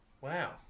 Wow